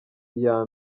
iya